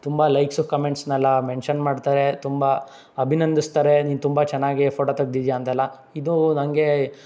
ತುಂಬ ಲೈಕ್ಸು ಕಮೆಂಟ್ಸ್ನ್ನೆಲ್ಲ ಮೆನ್ಷನ್ ಮಾಡ್ತಾರೆ ತುಂಬ ಅಭಿನಂದಿಸ್ತಾರೆ ನೀನು ತುಂಬ ಚೆನ್ನಾಗಿ ಫೋಟೋ ತೆಗ್ದಿದ್ಯಾ ಅಂತೆಲ್ಲ ಇದು ನನಗೆ